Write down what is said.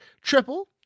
Triple